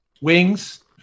Wings